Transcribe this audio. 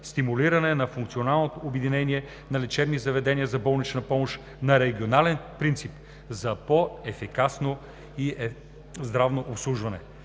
стимулиране на функционално обединение на лечебни заведения за болнична помощ на регионален принцип за по-ефикасно здравно обслужване;